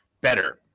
better